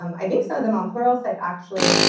um i think some of them on pluralsight actually,